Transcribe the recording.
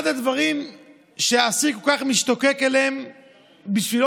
אחד הדברים שהאסיר כל כך משתוקק אליהם ובשבילו